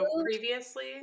previously